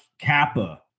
Kappa